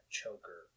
choker